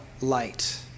light